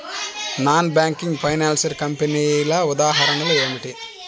Non banking financial కంపెనీల ఉదాహరణలు ఏమిటి?